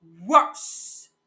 worse